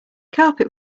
carpet